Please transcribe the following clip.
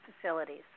facilities